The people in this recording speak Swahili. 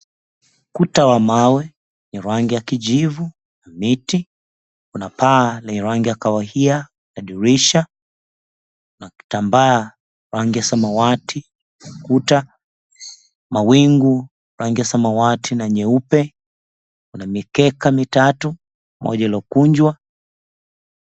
Kuta wa mawe yenye rangi ya kijivu na miti. Kuna paa lenye rangi ya kahawia, madirisha na kitambaa rangi ya samawati. Kuta, mawingu rangi ya samawati na nyeupe. Kuna mikeka mitatu, moja iliyokunjwa.